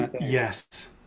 Yes